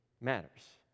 matters